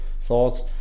thoughts